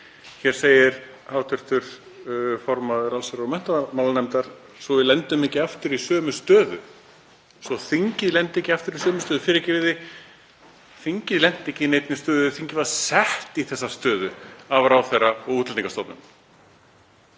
Hér segir hv. formaður allsherjar- og menntamálanefndar: Svo við lendum ekki aftur í sömu stöðu, svo þingið lendi ekki aftur í sömu stöðu. — Fyrirgefið, þingið lenti ekki í neinni stöðu, þingið var sett í þessa stöðu af ráðherra og Útlendingastofnun.